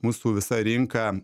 mūsų visa rinka